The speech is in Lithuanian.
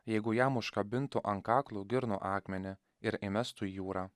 jeigu jam užkabintų ant kaklo girnų akmenį ir įmestų į jūrą